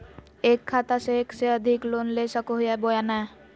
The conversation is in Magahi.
एक खाता से एक से अधिक लोन ले सको हियय बोया नय?